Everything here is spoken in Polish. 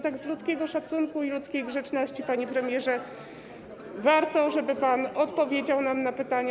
Tak z ludzkiego szacunku i z ludzkiej grzeczności, panie premierze, warto, żeby pan odpowiedział nam na pytania.